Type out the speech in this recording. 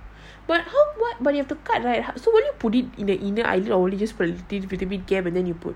but how what but you have to cut right so what do you put it in the email in the big gap and then you put